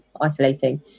isolating